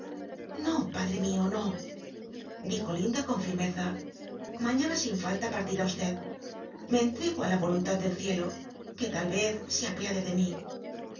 o padre mio no dijo un da con firmeza mafiana sin falla partirá v me entrego á la vol untad del cielo que lal vez se apiade de mí